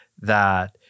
that-